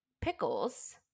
Pickles